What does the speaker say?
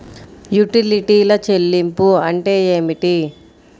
యుటిలిటీల చెల్లింపు అంటే ఏమిటి?